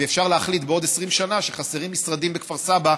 ואפשר להחליט בעוד 20 שנה שחסרים משרדים בכפר סבא,